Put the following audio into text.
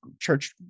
church